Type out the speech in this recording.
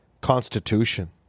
constitution